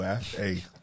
Hey